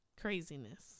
Craziness